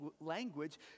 language